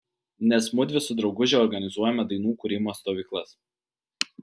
nes mudvi su drauguže organizuojame dainų kūrimo stovyklas